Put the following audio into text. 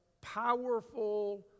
powerful